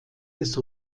des